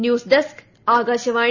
news desk Akashvani